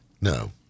No